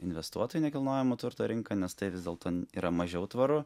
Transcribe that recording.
investuotų į nekilnojamo turto rinką nes tai vis dėlto yra mažiau tvaru